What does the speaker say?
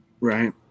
Right